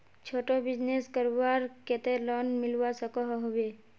छोटो बिजनेस करवार केते लोन मिलवा सकोहो होबे?